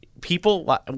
people